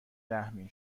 رحمین